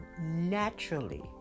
naturally